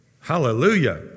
Hallelujah